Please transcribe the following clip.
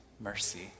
mercy